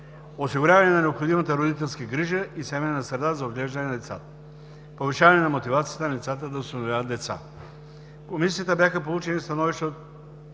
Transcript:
Осигуряване на необходимата родителска грижа и семейна среда за отглеждане на децата. – Повишаване на мотивацията на лицата да осиновяват деца. В Комисията бяха получени становищата